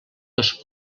dos